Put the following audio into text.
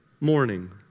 morning